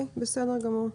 בסדר גמור.